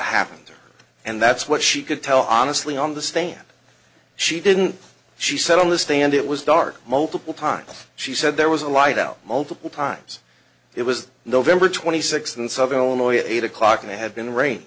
happened and that's what she could tell honestly on the stand she didn't she said on the stand it was dark multiple times she said there was a light out multiple times it was november twenty sixth and southern illinois at eight o'clock and i had been rain